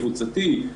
קבוצתי,